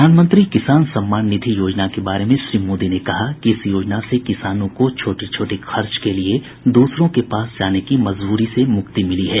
प्रधानमंत्री किसान सम्मान निधि योजना के बारे में श्री मोदी ने कहा कि इस योजना से किसानों को छोटे छोटे खर्च के लिए दूसरों के पास जाने की मजबूरी से मुक्ति मिली है